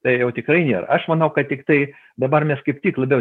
tai jau tikrai nėra aš manau kad tiktai dabar mes kaip tik labiau